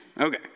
Okay